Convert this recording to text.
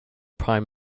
prime